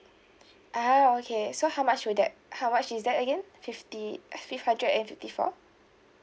ah okay so how much will that how much is that again fifty five hundred and fifty four